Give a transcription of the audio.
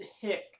hick